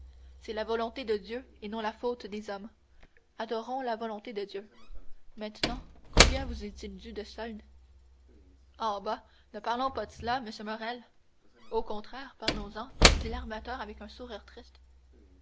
c'est la volonté de dieu et non la faute des hommes adorons la volonté de dieu maintenant combien vous est-il dû de solde oh bah ne parlons pas de cela monsieur morrel au contraire parlons-en dit l'armateur avec un sourire triste